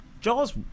Jaw's